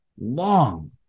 long